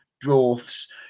dwarfs